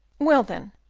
well, then,